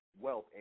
wealth